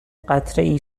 قطرهای